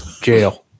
jail